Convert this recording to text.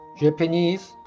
Japanese